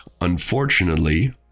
unfortunately